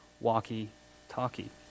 walkie-talkie